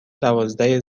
دوازده